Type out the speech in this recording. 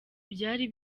byari